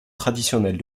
traditionnelle